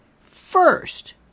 First